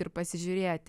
ir pasižiūrėti